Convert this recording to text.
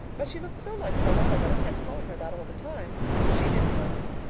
but she looked so like charlotta that i kept calling her that all the time. and she didn't mind.